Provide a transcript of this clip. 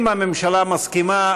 אם הממשלה מסכימה,